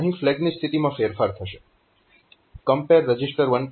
અહીં ફ્લેગની સ્થિતિમાં ફેરફાર થશે